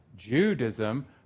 Judaism